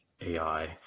AI